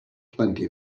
plenty